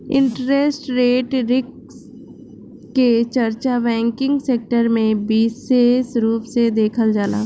interest rate risk के चर्चा banking sector में बिसेस रूप से देखल जाला